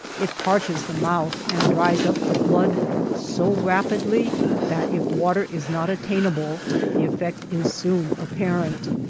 it parches the mouth and dries up the blood so rapidly that if water is not attain able the effect is soon apparent.